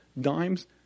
dimes